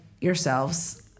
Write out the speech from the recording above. yourselves